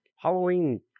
Halloween